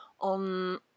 on